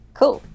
Cool